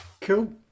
Cool